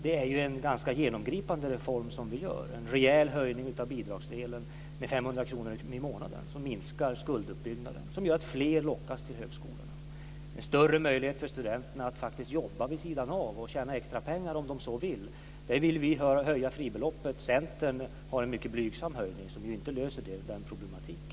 Det är ju en ganska genomgripande reform som vi genomför. Det innebär en rejäl höjning av bidragsdelen med 500 kr i månaden som minskar skulduppbyggnaden och som gör att fler lockas till högskolorna. Det innebär större möjligheter för studenterna att faktiskt jobba vid sidan av och tjäna extrapengar om de så vill. Vi vill höja fribeloppet. Centern vill göra en mycket blygsam höjning som inte löser denna problematik.